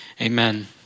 amen